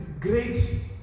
great